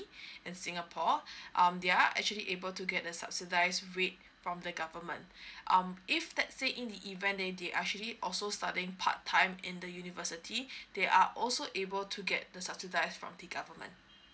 in singapore um they're actually able to get the subsidise rate from the government um if let's say in the event they they actually also studying part time in the university they are also able to get the subsidize from the government